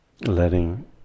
letting